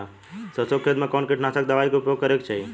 सरसों के खेत में कवने कीटनाशक दवाई क उपयोग करे के चाही?